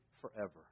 forever